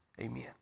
Amen